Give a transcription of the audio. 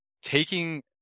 taking